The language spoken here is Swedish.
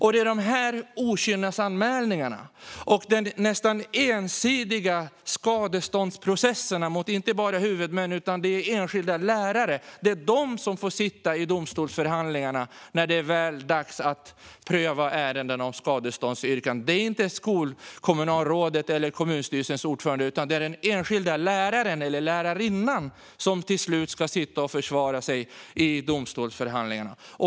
Efter dessa okynnesanmälningar och de nästan ensidiga skadeståndsprocesserna mot inte bara huvudmän utan också enskilda lärare är det de enskilda lärarna som får sitta i domstolsförhandlingarna när det väl är dags att pröva ärenden om skadeståndsyrkanden. Det är inte skolkommunalrådet eller kommunstyrelsens ordförande, utan det är den enskilda läraren eller lärarinnan som till slut ska sitta och försvara sig i domstolsförhandlingarna.